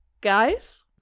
guys